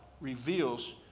reveals